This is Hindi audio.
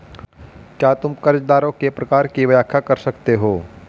क्या तुम कर्जदारों के प्रकार की व्याख्या कर सकते हो?